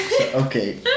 Okay